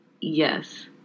Yes